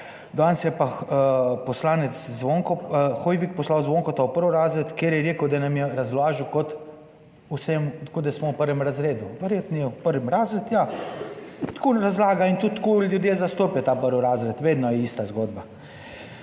(Nadaljevanje) Zvonka v prvi razred, ker je rekel, da nam je razložil kot vsem kot da smo v prvem razredu. Verjetno je v prvem razredu, ja, takole razlaga in tudi tako ljudje zastopajo ta prvi razred, vedno je ista zgodba.